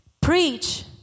Preach